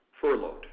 furloughed